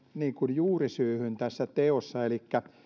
juurisyyhyn tässä teossa elikkä